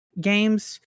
games